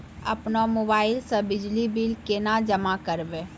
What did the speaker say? अपनो मोबाइल से बिजली बिल केना जमा करभै?